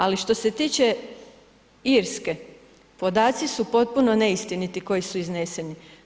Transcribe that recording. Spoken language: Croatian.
Ali, što se tiče Irske, podaci su potpuno neistiniti koji su izneseni.